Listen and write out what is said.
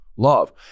Love